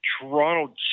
Toronto